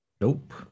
Nope